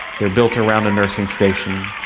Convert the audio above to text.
they are built around a nursing station,